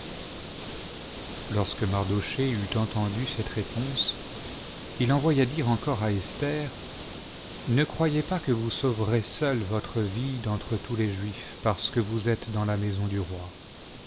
lorsque mardochée eut entendu cette réponse il envoya dire encore à esther ne croyez pas que vous sauverez seule votre vie d'entre tous les juifs parce que vous êtes dans la maison du roi